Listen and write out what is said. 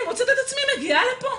אני מוצאת את עצמי מגיעה לפה.